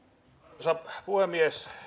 arvoisa puhemies